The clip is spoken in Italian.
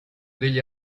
degli